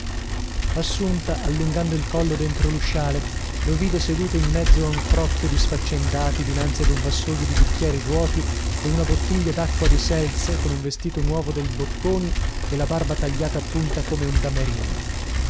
assunta allungando il collo dentro lusciale lo vide seduto in mezzo a un crocchio di sfaccendati dinanzi ad un vassoio di bicchieri vuoti e una bottiglia dacqua di seltz con un vestito nuovo del bocconi e la barba tagliata a punta come un damerino